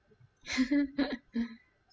`